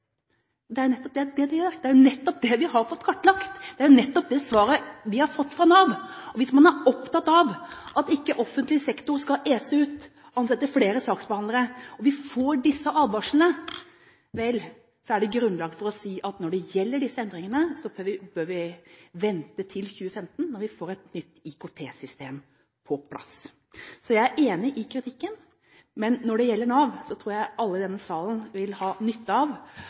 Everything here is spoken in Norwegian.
Det er jo nettopp det det gjør. Det er nettopp det vi har fått kartlagt – det er nettopp det svaret vi har fått fra Nav. Hvis man er opptatt av at offentlig sektor ikke skal ese ut, av ikke å ansette flere saksbehandlere, og vi får disse advarslene – vel, så er det grunnlag for å si at når det gjelder disse endringene, bør vi vente til 2015 når vi får et nytt IKT-system på plass. Jeg er enig i kritikken, men når det gjelder Nav, tror jeg alle i denne salen vil ha nytte av